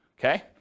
Okay